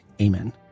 Amen